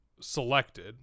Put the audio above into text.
selected